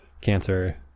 Cancer